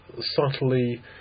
subtly